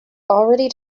already